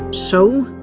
so,